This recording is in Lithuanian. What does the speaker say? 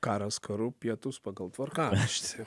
karas karu pietūs pagal tvarkaraštį